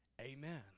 Amen